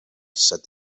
said